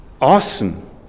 awesome